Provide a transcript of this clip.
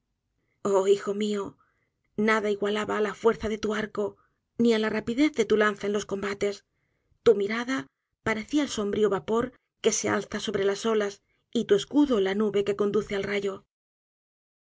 oh hijo mió nada igualaba á la fuerza de tu arco ni á la rapidez de tu lanza en los combates tu mirada parecía el sombrío vapor que se alza sobre las olas y tu escudo la nube que conduce el rayo